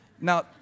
now